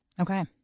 Okay